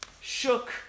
Shook